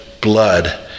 blood